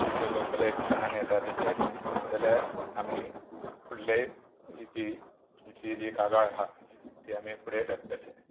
तुमचो जो कलेक्शनाक येता तेजेर जाल्यार आमी फुडले जी तुमची जी कागाळ आसा ती आमी फुडें धडटले